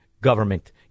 government